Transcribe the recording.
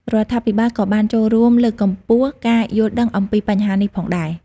រដ្ឋាភិបាលក៏អាចចូលរួមលើកកម្ពស់ការយល់ដឹងអំពីបញ្ហានេះផងដែរ។